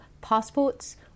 passports